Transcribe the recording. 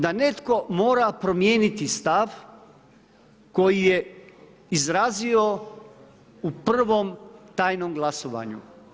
Da netko mora promijeniti stav koji je izrazio u prvom tajnom glasovanju.